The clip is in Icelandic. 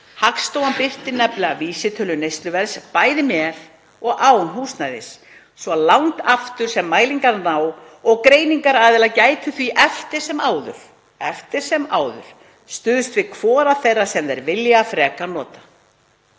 „Hagstofan birtir nefnilega vísitölu neysluverðs bæði með og án húsnæðis svo langt aftur sem mælingar ná og greiningaraðilar gætu því eftir sem áður stuðst við hvora þeirra sem þeir vilja frekar nota.